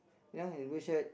you know in the blue shirt